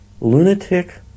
lunatic